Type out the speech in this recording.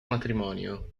matrimonio